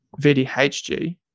VDHG